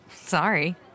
sorry